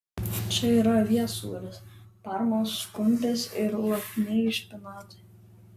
čia yra avies sūris parmos kumpis ir lapiniai špinatai